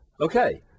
Okay